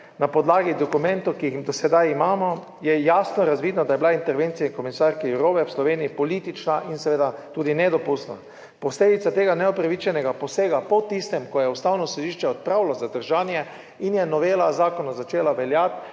Na podlagi dokumentov, ki jih do sedaj imamo, je jasno razvidno, da je bila intervencija komisarke Rove v Sloveniji politična in seveda tudi nedopustna posledica tega neupravičenega posega po tistem ko je Ustavno sodišče odpravilo zadržanje in je novela zakona začela veljati